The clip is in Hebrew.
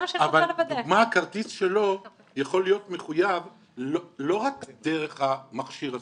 אבל מה הכרטיס שלו יכול להיות מחויב לא רק דרך מכשיר הסלולרי,